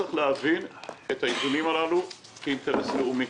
משרד האוצר צריך להבין את האיזונים הללו כאינטרס לאומי.